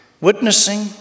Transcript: witnessing